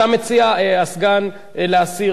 אתה מציע, הסגן, להסיר?